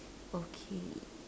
okay